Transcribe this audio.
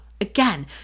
Again